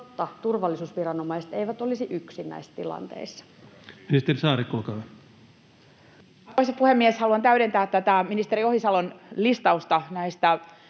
jotta turvallisuusviranomaiset eivät olisi yksin näissä tilanteissa. Ministeri Saarikko, olkaa hyvä. Arvoisa puhemies! Haluan täydentää ministeri Ohisalon listausta näistä